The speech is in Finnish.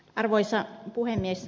arvoisa puhemies